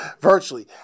virtually